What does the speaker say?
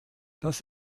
das